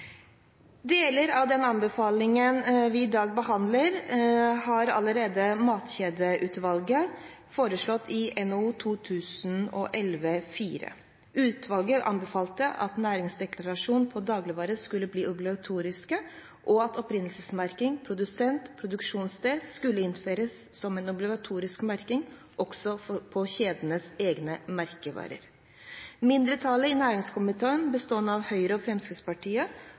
Deler av den anbefalingen vi i dag behandler, ble allerede foreslått av Matkjedeutvalget i NOU 2011: 4. Utvalget anbefalte at næringsdeklarasjon på dagligvarer skulle bli obligatorisk, og at opprinnelsesmerking, produsent og produksjonssted skulle innføres som en obligatorisk merking, også for kjedenes egne merkevarer. Mindretallet i næringskomiteen, bestående av Høyre og Fremskrittspartiet,